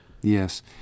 yes